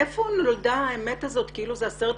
מאיפה נולדה האמת הזאת כאילו אלה עשרת